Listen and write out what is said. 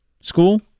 school